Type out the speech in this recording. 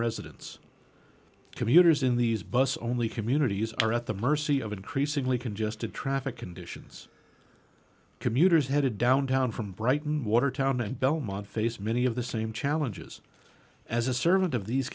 residents commuters in these bus only communities are at the mercy of increasingly congested traffic conditions commuters headed downtown from brighton watertown and belmont face many of the same challenges as a servant of these